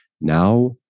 Now